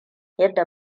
yadda